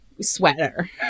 sweater